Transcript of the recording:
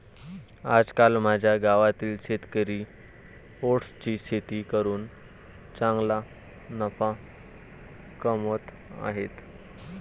आजकाल माझ्या गावातील शेतकरी ओट्सची शेती करून चांगला नफा कमावत आहेत